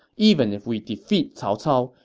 even if we defeat cao cao,